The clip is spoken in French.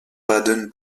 baden